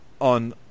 on